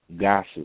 gossip